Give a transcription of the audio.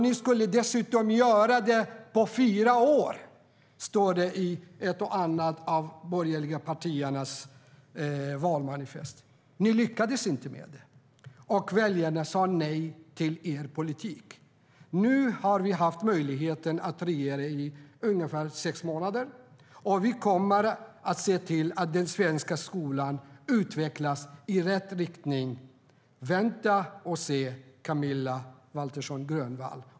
Ni skulle dessutom göra det på fyra år, står det i ett och annat av de borgerliga partiernas valmanifest. Ni lyckades inte med det, och väljarna sa nej till er politik. Nu har vi haft möjlighet att regera i ungefär sex månader. Vi kommer att se till att den svenska skolan utvecklas i rätt riktning. Vänta och se, Camilla Waltersson Grönvall!